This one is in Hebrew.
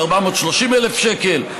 430,000 שקל,